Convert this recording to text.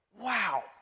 Wow